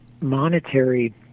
monetary